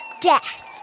death